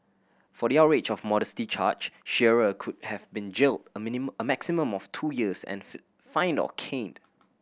for the outrage of modesty charge Shearer could have been jailed a maximum of two years and fined or caned